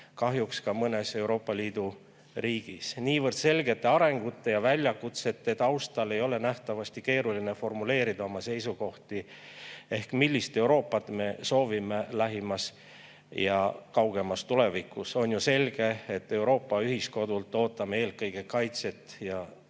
kahjuks ka mõnes Euroopa Liidu riigis. Niivõrd selgete arengusuundade ja väljakutsete taustal ei ole nähtavasti keeruline formuleerida oma seisukohti ehk seda, millist Euroopat me soovime lähimas ja kaugemas tulevikus. On ju selge, et Euroopa ühiskodult ootame eelkõige kaitset ja